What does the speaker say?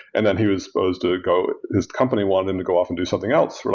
and then he was supposed to go his company wanted him to go off and do something else. we're